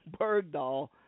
Bergdahl